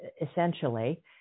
essentially